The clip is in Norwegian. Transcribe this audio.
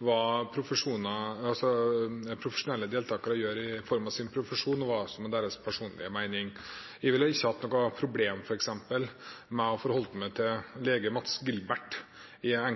hva profesjonelle deltakere gjør i form av sin profesjon, og hva som er deres personlige mening. Jeg ville f.eks. ikke hatt noe problem med å forholde meg til lege Mads Gilbert og